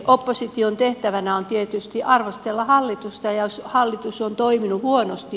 opposition tehtävänä on tietysti arvostella hallitusta jos hallitus on toiminut huonosti